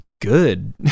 good